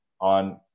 on